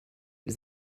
les